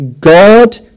God